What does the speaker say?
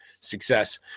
success